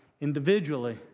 individually